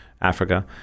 Africa